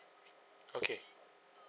okay